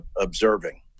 observing